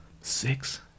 Six